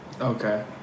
Okay